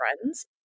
friends